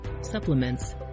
supplements